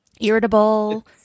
irritable